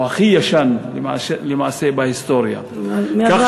או, הכי ישן למעשה בהיסטוריה, מאברהם אבינו.